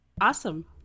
awesome